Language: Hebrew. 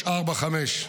ב-2003, 2004,